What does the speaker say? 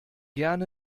gern